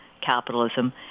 capitalism